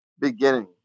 beginning